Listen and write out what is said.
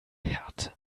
härte